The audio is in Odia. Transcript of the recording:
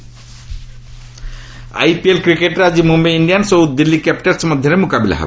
ଆଇପିଏଲ୍ କ୍ରିକେଟ୍ ଆଇପିଏଲ୍ କ୍ରିକେଟ୍ରେ ଆଜି ମୁମ୍ବାଇ ଇଞ୍ଜିଆନ୍ନ ଓ ଦିଲ୍ଲୀ କ୍ୟାପିଟାଲ୍ସ ମଧ୍ୟରେ ମୁକାବିଲା ହେବ